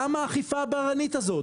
למה האכיפה הבררנית הזאת?